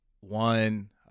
one